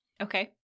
Okay